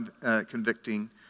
convicting